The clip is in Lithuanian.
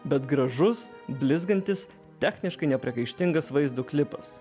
bet gražus blizgantis techniškai nepriekaištingas vaizdo klipas